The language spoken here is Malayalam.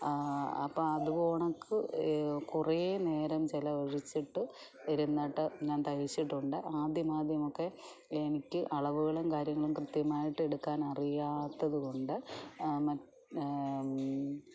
അപ്പം അതുവോണക്ക് കുറെ നേരം ചിലവഴിച്ചിട്ട് ഇരുന്നിട്ട് ഞാൻ തയ്ച്ചിട്ടുണ്ട് ആദ്യമാദ്യമൊക്കെ എനിക്ക് അളവുകളും കാര്യങ്ങളും കൃത്യമായിട്ട് എടുക്കാനറിയാത്തത് കൊണ്ട് മറ്റ്